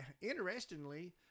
interestingly